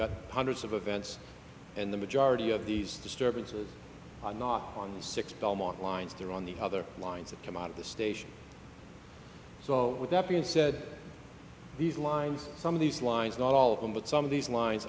got hundreds of events and the majority of these disturbances are not on the six belmont lines they're on the other lines of come out of the station so with that being said these lines some of these lines not all of them but some of these lines